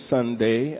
Sunday